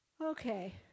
Okay